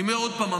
אני אומר עוד פעם,